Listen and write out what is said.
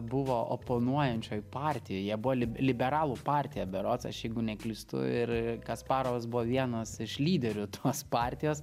buvo oponuojančioj partijoj jie buvo liberalų partija berods aš jeigu neklystu ir kasparovas buvo vienas iš lyderių tos partijos